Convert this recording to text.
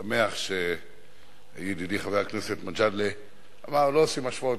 אני שמח שידידי חבר הכנסת מג'אדלה אמר: לא עושים השוואות.